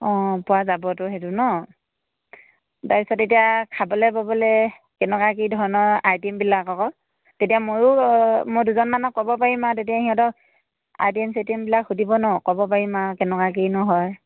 অঁ পোৱা যাবতো সেইটো নহ্ তাৰপিছত এতিয়া খাবলৈ ব'বলৈ কেনেকুৱা কি ধৰণৰ আইটেমবিলাক আকৌ তেতিয়া ময়ো মই দুজনমানক ক'ব পাৰিম আৰু তেতিয়া সিহঁতক আইটেম চাইটেমবিলাক সুধিব নহ্ ক'ব পাৰিম আৰু কেনেকুৱা কিনো হয়